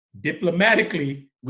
diplomatically